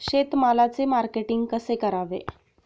शेतमालाचे मार्केटिंग कसे करावे?